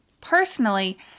Personally